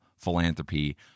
philanthropy